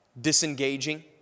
disengaging